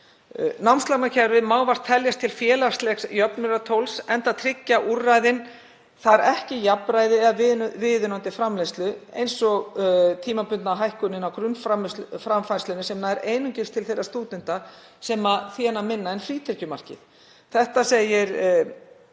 Námslánakerfið má vart teljast til félagslegs jöfnunartóls enda tryggja úrræðin þar ekki jafnræði eða viðunandi framfærslu, samanber tímabundnu hækkunina á grunnframfærslunni sem nær einungis til þeirra stúdenta sem þéna minna en frítekjumarkið.